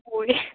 होय